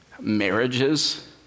marriages